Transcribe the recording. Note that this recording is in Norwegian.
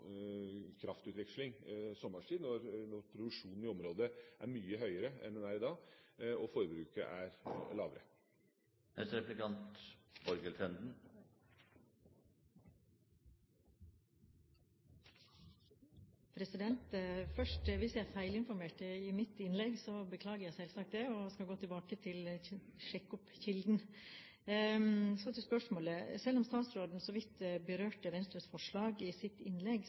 kraftutveksling sommerstid, når produksjonen i området er mye høyere enn den er i dag, og forbruket er lavere. Først: Hvis jeg feilinformerte i mitt innlegg, beklager jeg selvsagt det og skal gå tilbake og sjekke kilden. Så til spørsmålet: Selv om statsråden så vidt berørte Venstres forslag i sitt innlegg,